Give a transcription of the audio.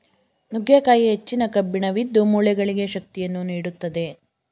ನುಗ್ಗೆಕಾಯಿ ಹೆಚ್ಚಿನ ಕಬ್ಬಿಣವಿದ್ದು, ಮೂಳೆಗಳಿಗೆ ಶಕ್ತಿಯನ್ನು ನೀಡುತ್ತದೆ